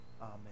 Amen